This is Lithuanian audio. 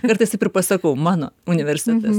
kartais taip ir pasakau mano universitetas